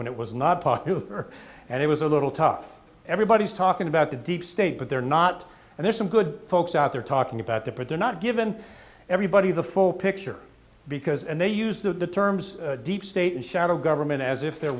when it was not popular and it was a little tough everybody's talking about the deep state but they're not and there's some good folks out there talking about the part they're not given everybody the full picture because and they use the terms deep state and shadow government as if they're